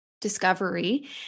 discovery